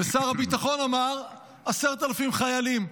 ושר הביטחון אמר 10,000 חיילים.